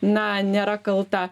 na nėra kalta